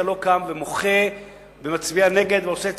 לא קם ומוחה ומצביע נגד ועושה צעקות.